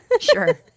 Sure